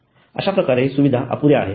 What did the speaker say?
अश्याप्रकारे सुविधा अपुऱ्या आहेत